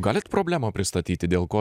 galit problemą pristatyti dėl ko